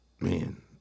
man